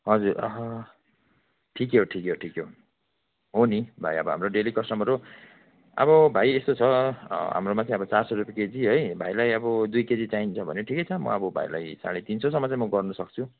हजुर आहा ठिकै हो ठिकै हो ठिकै हो हो नि भाइ अब हाम्रो डेली कस्टमर हो अब भाइ यस्तो छ हाम्रोमा चाहिँ चार सय रुपियाँ केजी है भाइलाई अब दुई केजी चाहिन्छ भने ठिकै छ म अब भाइलाई साढे तीन सयसम्म चाहिँ म गर्न सक्छु